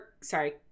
sorry